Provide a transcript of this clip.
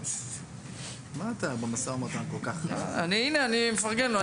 אני מפרגן לו.